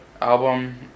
album